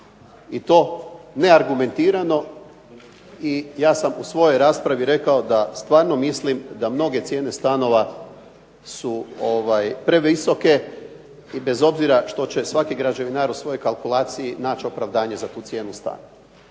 i to neargumentirano i ja sam u svojoj raspravi rekao da stvarno mislim da mnoge cijene stanova su previsoke i bez obzira što će svaki građevinar u svojoj kalkulaciji naći opravdanje za tu cijenu stana.